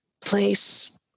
place